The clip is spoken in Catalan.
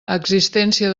existència